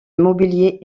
mobilier